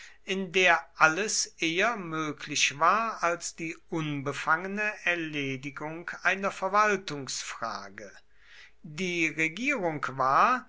in der alles eher möglich war als die unbefangene erledigung einer verwaltungsfrage die regierung war